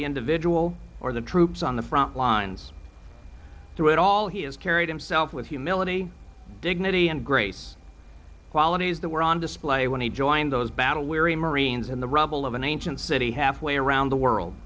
the individual or the troops on the front lines through it all he has carried himself with humility dignity and grace qualities that were on display when he joined those battle weary marines in the rubble of an ancient city halfway around the world